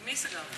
עם מי סגרתי?